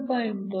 2 0